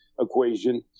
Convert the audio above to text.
equation